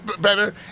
better